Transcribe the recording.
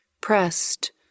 pressed